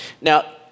Now